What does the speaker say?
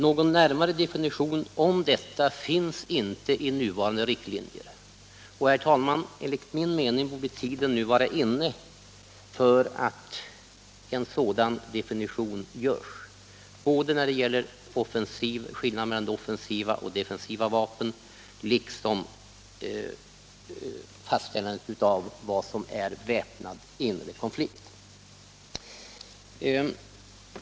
Någon närmare definition av detta finns inte i nuvarande riktlinjer. Enligt min mening, herr talman, borde tiden nu vara inne att en sådan definition görs både av skillnaden mellan offensiva och defensiva vapen och av vad som är väpnad inre konflikt.